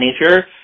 nature